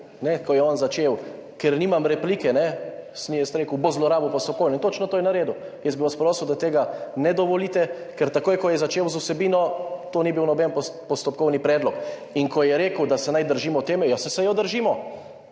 ko je on začel, ker nimam replike, sem jaz rekel, bo zlorabil postopkovni in točno to je naredil. Jaz bi vas prosil, da tega ne dovolite, ker takoj, ko je začel z vsebino, to ni bil noben postopkovni predlog. In ko je rekel, da se naj držimo teme, ja, saj se jo držimo.